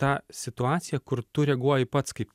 tą situaciją kur tu reaguoji pats kaip